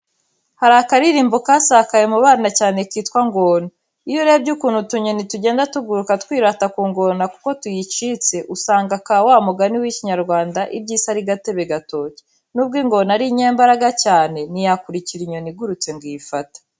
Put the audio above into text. Hari akaririmbo kasakaye mu bana cyane kitwa ''Ngona'', iyo urebye ukuntu utunyoni tugenda tuguruka twirata ku ngona kuko tuyicitse, usanga aka wa mugani w'Ikinyarwanda, iby'Isi ari gatebe gatoki, nubwo ingona ari inyambaraga cyane, ntiyakurikira inyoni igurutse ngo iyifate.